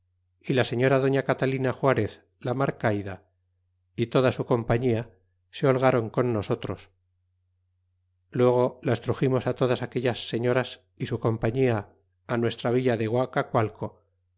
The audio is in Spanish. y la señora doña catalina juarez la marcayda y toda su compañía se holgaron con nosotros luego las truximos todas aquellas señoras y su compañía nuestra villa de